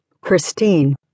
Christine